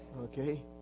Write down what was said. okay